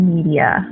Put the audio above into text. Media